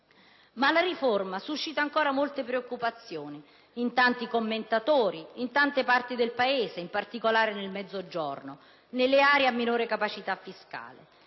Ma la riforma suscita ancora molte preoccupazioni in tanti commentatori, in tante parti del Paese, in particolare nel Mezzogiorno, nelle aree a minore capacità fiscale.